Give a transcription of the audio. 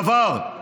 דבר,